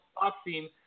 boxing